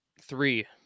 three